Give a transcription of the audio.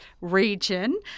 region